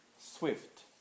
swift